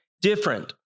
different